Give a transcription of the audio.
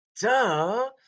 Duh